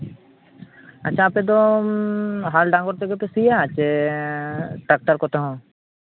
ᱟᱪᱪᱷᱟ ᱟᱯᱮ ᱫᱚ ᱦᱟᱞ ᱰᱟᱸᱜᱚᱨ ᱛᱮᱜᱮ ᱯᱮ ᱥᱤᱭᱟ ᱥᱮ ᱴᱟᱠᱴᱟᱨ ᱠᱚᱛᱮ ᱦᱚᱸ